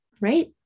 right